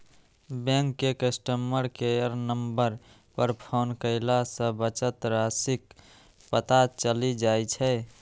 bank के customer care number पर phone कयला सं बचत राशिक पता चलि जाइ छै